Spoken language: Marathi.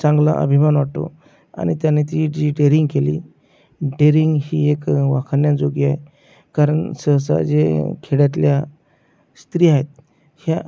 चांगला अभिमान वाटतो आनि त्यांनी ती जी टेरिंग केली डेरिंग ही एक वाखानन्याजोगी आहे कारन सहसा जे खेड्यातल्या स्त्री आहेत ह्या